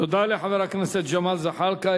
תודה לחבר הכנסת ג'מאל זחאלקה.